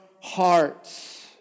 hearts